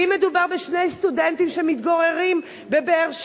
כי אם מדובר בשני סטודנטים שמתגוררים בבאר-שבע,